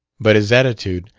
but his attitude,